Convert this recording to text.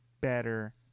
better